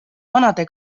vanade